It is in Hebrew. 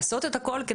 לעשות את הכול,